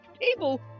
people